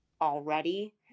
already